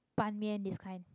ban-mian this kind